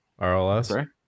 RLS